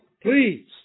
Please